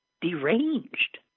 deranged